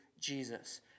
Jesus